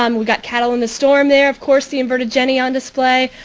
um we've got cattle in the storm there, of course the inverted jenny on display,